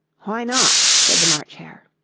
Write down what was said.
why not said the march hare.